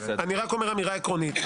אני רק אומר אמירה עקרונית.